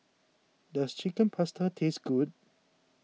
does Chicken Pasta taste good